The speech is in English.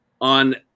On